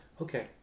Okay